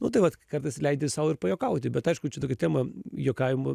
nu tai vat kartais leidi sau ir pajuokauti bet aišku čia tokia tema juokavimo